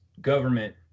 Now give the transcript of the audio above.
government